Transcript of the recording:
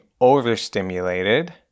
overstimulated